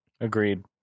Agreed